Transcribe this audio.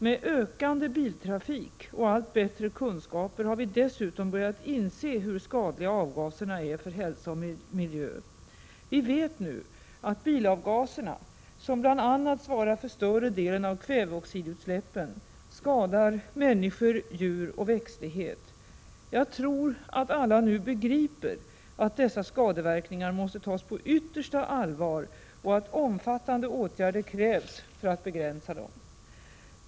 Med ökande biltrafik och allt bättre kunskaper har vi dessutom börjat inse hur skadliga avgaserna är för hälsa och miljö. Vi vet nu att bilavgaserna, som bl.a. svarar för större delen av kväveoxidutsläppen, skadar människor, djur och växtlighet. Jag tror att alla nu begriper att dessa skadeverkningar måste tas på yttersta allvar och att omfattande åtgärder krävs för att begränsa dem.